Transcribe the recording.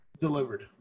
delivered